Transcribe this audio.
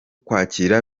kwakira